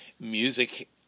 music